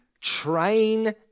train